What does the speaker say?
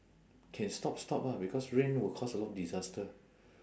can stop stop ah because rain will cause a lot of disaster